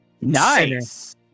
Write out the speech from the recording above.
Nice